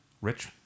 rich